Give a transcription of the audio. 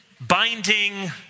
binding